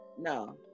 no